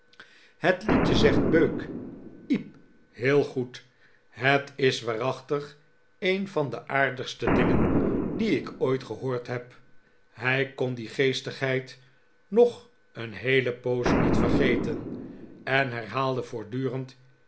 het liedje zegt beuk iep heel goed het is waarachtig een van de aardigste dingen die ik ooit gehoord heb hij kon die gees tigheid nog een heele poos niet vergeten en herhaalde voortdurend